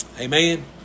Amen